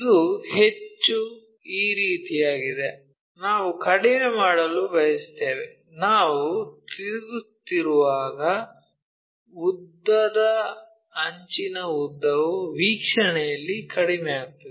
ಇದು ಹೆಚ್ಚು ಈ ರೀತಿಯಾಗಿದೆ ನಾವು ಕಡಿಮೆ ಮಾಡಲು ಬಯಸುತ್ತೇವೆ ನಾವು ತಿರುಗುತ್ತಿರುವಾಗ ಉದ್ದದ ಅಂಚಿನ ಉದ್ದವು ವೀಕ್ಷಣೆಯಲ್ಲಿ ಕಡಿಮೆಯಾಗುತ್ತದೆ